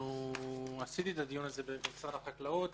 עשיתי את הדיון הזה במשרד החקלאות